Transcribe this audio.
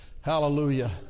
Hallelujah